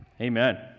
amen